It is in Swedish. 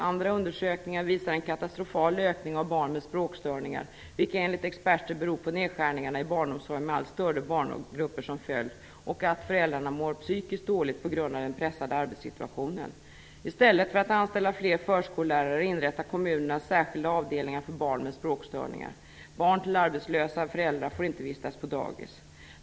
Andra undersökningar visar på en katastrofal ökning av antalet barn med språkstörningar, vilka enligt experter beror på nedskärningarna inom barnomsorgen, med allt större barngrupper som följd, och på att föräldrarna mår psykiskt dåligt på grund av en pressad arbetssituation. I stället för att anställa fler förskollärare inrättar kommunerna särskilda avdelningar för barn med språkstörningar. Barn som har arbetslösa föräldrar får inte vistas på dagis.